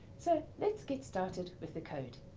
so let's get started with the code.